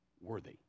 worthy